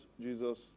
Jesus